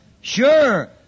Sure